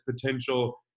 potential